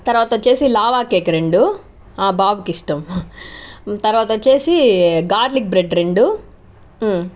తర్వాత వచ్చేసి lava cake రెండు బాబుకి ఇష్టం తర్వాతొచ్చేసి గార్లిక్ బ్రెడ్ రెండు